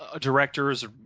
directors